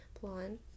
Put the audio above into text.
blonde